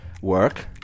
work